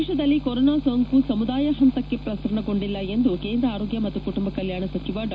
ದೇಶದಲ್ಲಿ ಕೊರೋನಾ ಸೋಂಕು ಸಮುದಾಯ ಪಂತಕ್ಕೆ ಪ್ರಸರಣಗೊಂಡಿಲ್ಲ ಎಂದು ಕೇಂದ್ರ ಆರೋಗ್ಯ ಮತ್ತು ಕುಟುಂಬ ಕಲ್ಯಾಣ ಸಚಿವ ಡಾ